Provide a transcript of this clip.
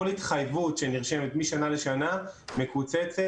כל התחייבות שנרשמת משנה לשנה מקוצצת